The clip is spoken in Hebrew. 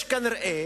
יש כנראה